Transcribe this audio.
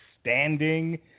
standing